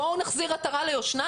בואו נחזיר עטרה ליושנה.